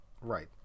Right